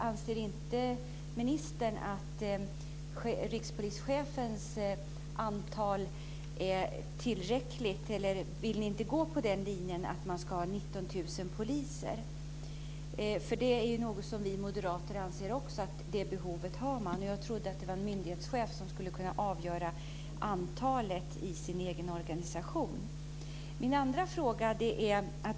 Anser inte ministern att rikspolischefens antal är riktigt, eller vill ni inte gå på den linjen att man ska ha 19 000 poliser? Vi moderater anser ju också att det här behovet finns. Och jag trodde att det var en myndighetschef som skulle kunna avgöra vilket antal det ska vara i den egna organisationen. Min andra fråga gäller familjerådslag.